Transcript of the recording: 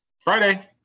Friday